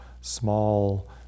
small